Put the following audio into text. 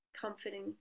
comforting